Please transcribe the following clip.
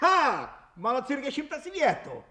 ką mano cirke šimtas vietų